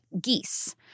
geese